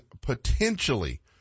potentially